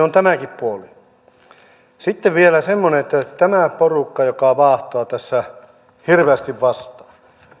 on tämäkin puoli sitten vielä tämä porukka joka vaahtoaa tässä hirveästi vastaan